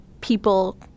people